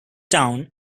town